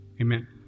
Amen